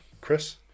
Chris